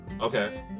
Okay